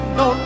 no